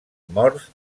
morts